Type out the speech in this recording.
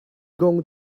going